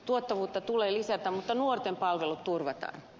tuottavuutta tulee lisätä mutta nuorten palvelut turvataan